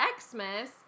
Xmas